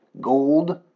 gold